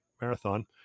Marathon